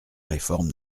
réforme